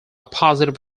positive